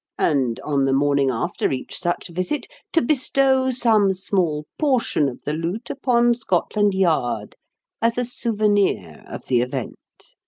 and, on the morning after each such visit, to bestow some small portion of the loot upon scotland yard as a souvenir of the event.